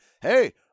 Hey